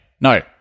No